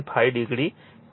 5 degree છે